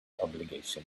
obligation